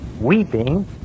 weeping